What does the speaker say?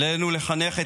אסור לנו לתת לזה להמשיך.